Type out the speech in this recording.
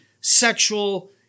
sexual